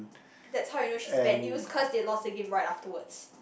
that's how you know she's bad news cause they lost the game right afterwards